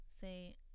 say